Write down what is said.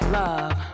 love